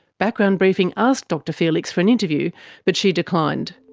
background briefing asked dr felix for an interview but she declined.